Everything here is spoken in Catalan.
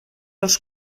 els